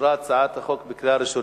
אושרה הצעת החוק בקריאה ראשונה,